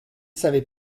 savez